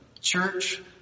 church